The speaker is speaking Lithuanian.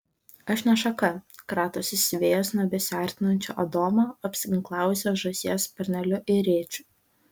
aš ne šaka kratosi siuvėjas nuo besiartinančio adomo apsiginklavusio žąsies sparneliu ir rėčiu